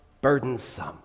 burdensome